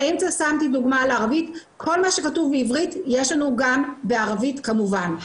כל מה שכתוב בעברית יש לנו גם בערבית כמובן.